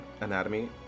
anatomy